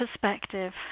perspective